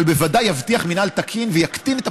אבל בוודאי יבטיח מינהל תקין ויקטין את